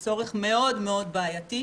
זה צורך מאוד מאוד בעייתי.